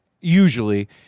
Usually